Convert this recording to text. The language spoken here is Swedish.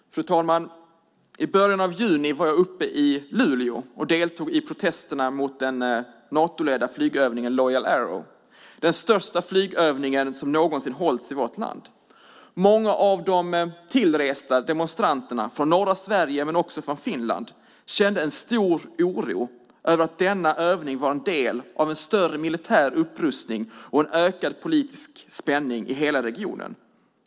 Fru talman! I början av juni var jag i Luleå och deltog i protesterna mot den Natoledda flygövningen Loyal Arrow, den största flygövning som någonsin hållits i vårt land. Många av de tillresta demonstranterna från norra Sverige men också från Finland kände en oro över att denna övning var en del av en militär upprustning och en ökad politisk spänning i hela regionen.